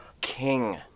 king